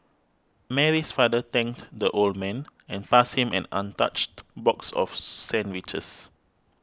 Mary's father thanked the old man and passed him an untouched box of sandwiches